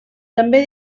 també